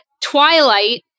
Twilight